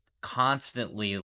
constantly